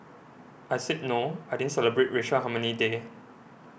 I said no I didn't celebrate racial harmony day